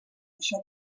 això